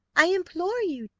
i implore you,